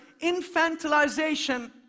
infantilization